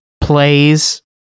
plays